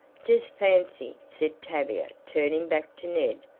just fancy, said tavia turning back to ned,